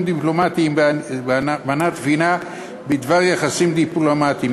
דיפלומטיים באמנת וינה בדבר יחסים דיפלומטיים.